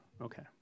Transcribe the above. Okay